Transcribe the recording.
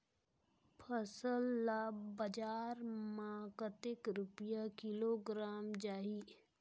फसल ला बजार मां कतेक रुपिया किलोग्राम जाही?